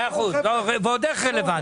ועוד איך רלוונטי.